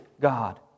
God